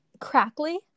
Crackly